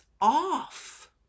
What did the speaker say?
off